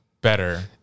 better